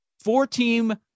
four-team